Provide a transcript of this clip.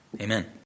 Amen